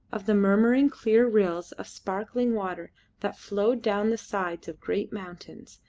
of the murmuring clear rills of sparkling water that flowed down the sides of great mountains,